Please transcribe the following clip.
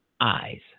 eyes